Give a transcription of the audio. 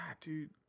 dude